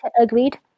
agreed